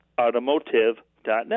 Automotive.net